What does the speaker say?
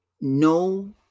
no